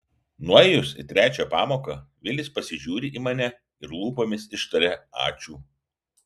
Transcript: nuėjus į trečią pamoką vilis pasižiūri į mane ir lūpomis ištaria ačiū